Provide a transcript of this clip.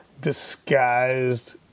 Disguised